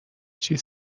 چیز